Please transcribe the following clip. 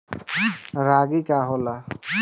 रागी का होला?